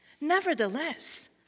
Nevertheless